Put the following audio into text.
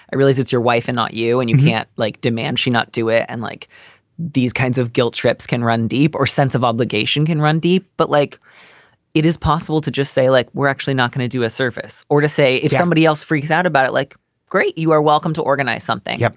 i realize it's your wife and not you, and you can't like demand she not do it. and like these kinds of guilt trips can run deep or sense of obligation can run deep. but like it is possible to just say, like we're actually not going to do a surface or to say if somebody else freaks out about it like great. you are welcome to organize something. yeah